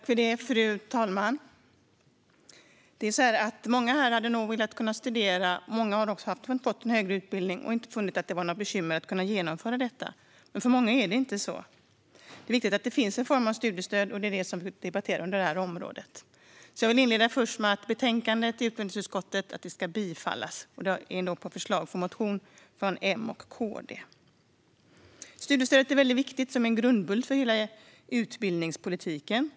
Fru talman! Många här hade nog velat kunna studera. Många har också fått en högre utbildning och har inte funnit att det fanns några bekymmer med att genomföra det. Men för många andra är det inte på det sättet. Det är viktigt att det finns en form av studiestöd. Det är det vi debatterar inom det här utgiftsområdet. Jag vill inleda med att yrka bifall till utskottets förslag, som bygger på motionen från M och KD, i betänkandet. Studiestöd är en viktig grundbult för hela utbildningspolitiken.